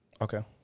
Okay